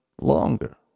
longer